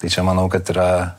tai čia manau kad yra